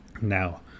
Now